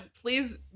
Please